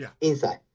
inside